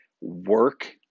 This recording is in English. work